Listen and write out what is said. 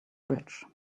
bridge